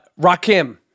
Rakim